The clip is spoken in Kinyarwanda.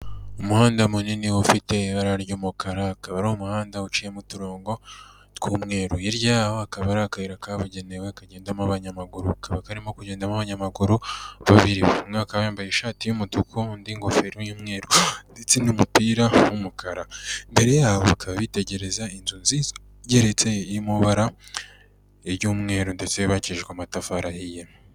Umuhanda munini ufite ibara ry'umukara akaba ari umuhanda uciyemo uturongo tw'umweru, hirya yaho hakaba hari akayira kabugenewe kagendamo abanyamaguru, kakaba karimo kugendamo abanyamaguru babiri, umwe akaba yambaye ishati y'umutuku undi ingofero y'umweru ndetse n'umupira w'umukara, imbere yabo bakaba bitegereza inzu nziza igeretse iri mu ibara ry'umweru ndetse yubakishijwe amatafari ahiye.